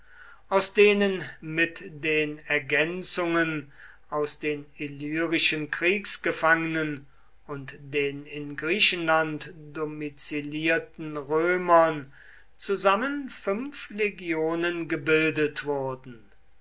aus denen mit den ergänzungen aus den illyrischen kriegsgefangenen und den in griechenland domizilierten römern zusammen fünf legionen gebildet wurden